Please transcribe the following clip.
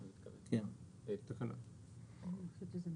עבודה שתצדיק את ה -- מה זה משנה?